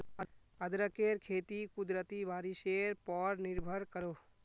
अदरकेर खेती कुदरती बारिशेर पोर निर्भर करोह